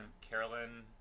carolyn